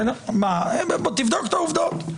מה תבדוק את העובדות,